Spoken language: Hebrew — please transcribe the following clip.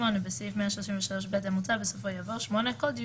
בסעיף 133ב המוצע בסופו יבוא "(8) כל דיון